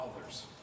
others